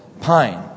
pine